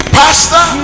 pastor